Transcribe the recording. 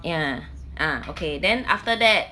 ya ah okay then after that